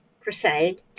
crusade